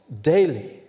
daily